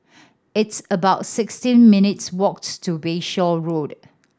it's about sixteen minutes' walk to Bayshore Road